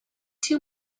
too